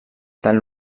tant